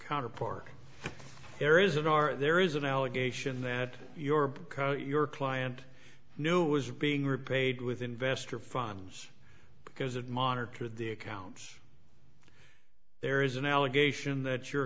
counterpart there is and are there is an allegation that your your client knew was being repaid with investor funds because of monitor the accounts there is an allegation that your